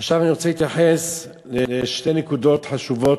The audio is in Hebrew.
עכשיו אני רוצה להתייחס לשתי נקודות חשובות,